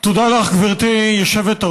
תודה לך, גברתי היושבת-ראש.